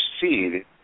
seed